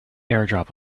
airdrop